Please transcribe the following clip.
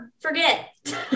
forget